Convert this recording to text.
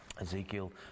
Ezekiel